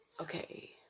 Okay